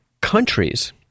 countries